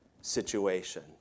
situation